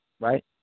right